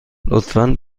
لطفا